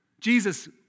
Jesus